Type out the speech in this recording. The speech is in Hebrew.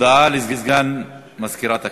הודעה לסגן מזכירת הכנסת.